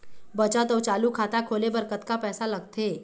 बचत अऊ चालू खाता खोले बर कतका पैसा लगथे?